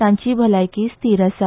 तांची भलायकी स्थिर आसा